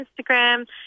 Instagram